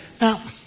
Now